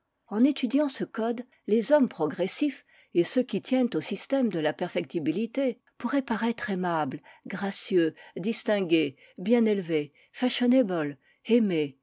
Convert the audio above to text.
en étudiant ce code les hommes progressifs et ceux qui tiennent au système de la perfectibilité pourraient paraître aimables gracieux distingués bien élevés fashionables aimés